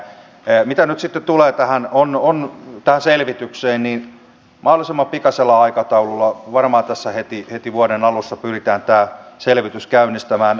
mitä nyt sitten tulee tähän selvitykseen niin mahdollisimman pikaisella aikataululla varmaan tässä heti vuoden alussa pyritään tämä selvitys käynnistämään